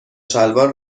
شلوار